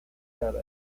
terence